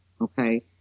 okay